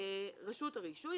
רשות הרישוי,